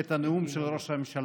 את הנאום של ראש הממשלה.